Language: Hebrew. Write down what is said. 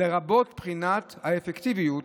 לרבות בחינת האפקטיביות